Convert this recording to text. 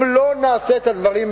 אם לא נעשה את הדברים האלה,